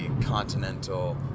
continental